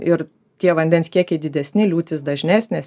ir tie vandens kiekiai didesni liūtys dažnesnės